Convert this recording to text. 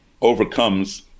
overcomes